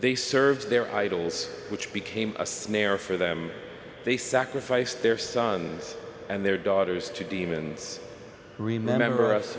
they served their idols which became a snare for them they sacrificed their sons and their daughters to demons remember us